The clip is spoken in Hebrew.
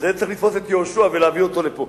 אז צריך לתפוס את יהושע ולהביא אותו לפה.